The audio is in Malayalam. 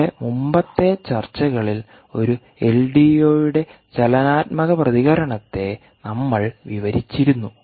നമ്മുടെ മുമ്പത്തെ ചർച്ചകളിൽ ഒരു എൽഡിഒയുടെ ചലനാത്മക പ്രതികരണത്തെ നമ്മൾ വിവരിച്ചിരുന്നു